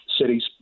cities